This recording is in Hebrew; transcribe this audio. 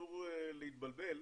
אסור להתבלבל,